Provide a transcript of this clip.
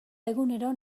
egunero